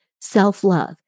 self-love